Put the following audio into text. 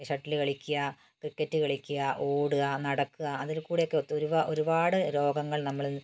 shuttle കളിക്കുക cricket കളിക്കുക ഓടുക നടക്കുക അതിൽക്കൂടിയൊക്കെ ഒരുപാട് രോഗങ്ങൾ നമ്മളിൽ